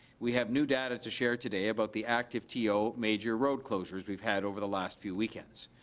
we have new data to share today about the activeto major road closures we've had over the last few weekends.